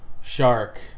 Shark